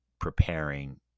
preparing